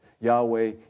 Yahweh